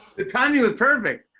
the timing was perfect.